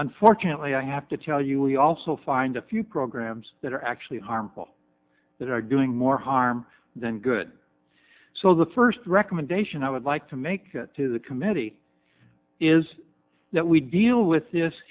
unfortunately i have to tell you we also find a few programs that are actually harmful that are doing more harm than good so the first recommendation i would like to make to the committee is that we deal with this